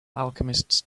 alchemists